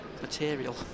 material